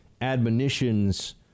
admonitions